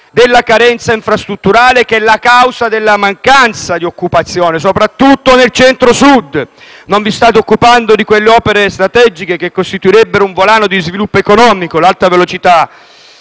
della carenza infrastrutturale, che è la causa della mancanza di occupazione, soprattutto nel Centro-Sud. Non vi state occupando di quelle opere strategiche che costituirebbero un volano di sviluppo economico: l'alta velocità